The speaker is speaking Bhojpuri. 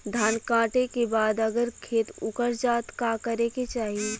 धान कांटेके बाद अगर खेत उकर जात का करे के चाही?